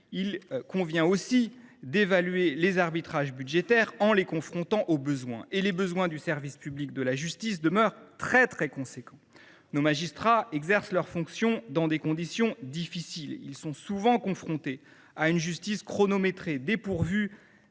revient aussi d’évaluer les arbitrages budgétaires en les confrontant aux besoins du service public de la justice. Or ces derniers demeurent substantiels. Nos magistrats exercent leurs fonctions dans des conditions difficiles. Ils sont souvent confrontés à une justice chronométrée, dépourvue